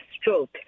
stroke